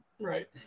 Right